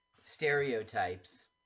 stereotypes